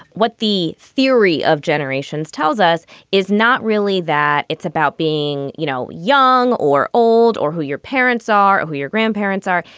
what the theory of generations tells us is not really that it's about being, you know, young or old or who your parents are or who your grandparents are.